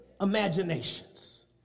imaginations